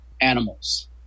animals